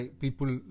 people